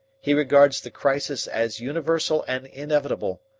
he regards the crisis as universal and inevitable.